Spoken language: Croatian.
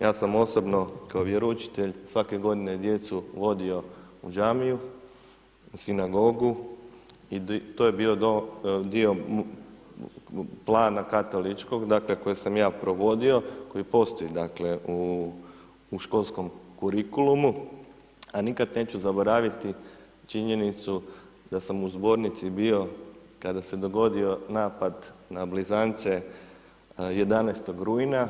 Ja sam osobno kao vjeroučitelj, svake godine djecu vodio u džamiju, sinagogu i to je bio dom dio plana katoličkog koji sam ja provodio, koji postoji dakle, u školskom kurikulumu, a nikada neću zaboraviti činjenicu da sam u zbornici bio, kada se dogodio napad na blizance 11.rujna